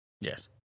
Yes